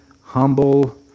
humble